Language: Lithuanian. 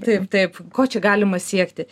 taip taip ko čia galima siekti